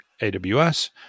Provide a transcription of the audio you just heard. aws